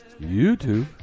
YouTube